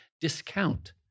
discount